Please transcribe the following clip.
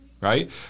right